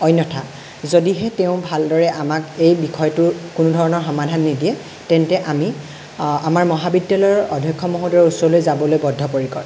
অন্যথা যদিহে তেওঁ ভালদৰে এই বিষয়টোৰ কোনো ধৰণৰ সমাধান নিদিয়ে তেন্তে আমি আমাৰ মহাবিদ্যালয়ৰ অধ্যক্ষ মহোদয়ৰ ওচৰলৈ যাবলৈ বদ্ধপৰিকৰ